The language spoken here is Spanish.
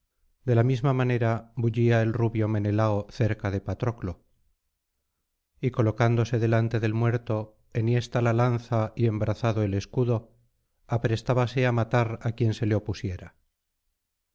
de la misma manera bullía el rubio menelao cerca de patroclo y colocándose delante del muerto enhiesta la lanza y embrazado el escudo aprestábase á matar á quien se le opusiera